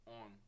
on